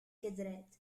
gedreht